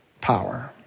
power